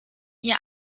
ihr